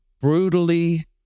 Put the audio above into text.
brutally